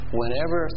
whenever